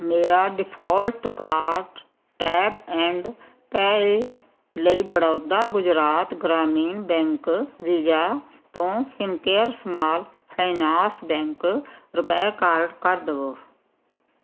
ਮੇਰਾ default card tap and pay ਲਈ Baroda Gujarat Gramin bank Visa ਤੋਂ Fincare small finance bank RuPay card ਕਰ ਦਵੋ